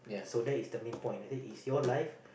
so that is the main point I say it's your life